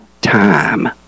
time